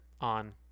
on